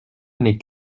n’est